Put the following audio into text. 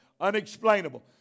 Unexplainable